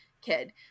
kid